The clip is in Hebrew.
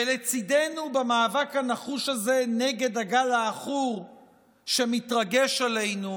ולצידנו במאבק הנחוש הזה נגד הגל העכור שמתרגש עלינו,